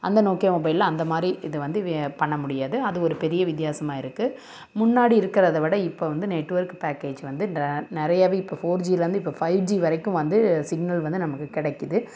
அந்த நோக்கியா மொபைலில் அந்தமாதிரி இது வந்து வே பண்ண முடியாது அது ஒரு பெரிய வித்யாசமாக இருக்கு முன்னாடி இருக்கறதை விட இப்போ வந்து நெட்ஒர்க்கு பேக்கேஜ் வந்து இந்த நிறையாவே இப்போ ஃபோர் ஜிலருந்து இப்போ ஃபைவ் ஜி வரைக்கும் வந்து சிக்னல் வந்து நமக்கு கிடைக்கிது